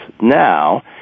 Now